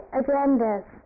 agendas